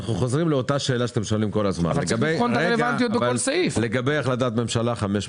אנחנו חוזרים לאותה שאלה שאתם שואלים כל הזמן לגבי החלטת ממשלה מספר